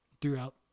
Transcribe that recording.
throughout